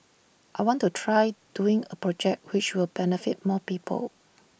I want to try doing A project which will benefit more people